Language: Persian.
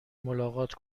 ملاقات